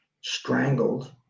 strangled